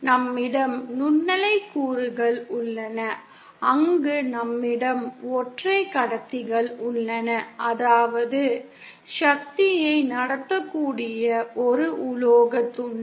நம்மிடம் நுண்ணலை கூறுகள் உள்ளன அங்கு நம்மிடம் ஒற்றை கடத்திகள் உள்ளன அதாவது சக்தியை நடத்தக்கூடிய ஒரு உலோகத் துண்டு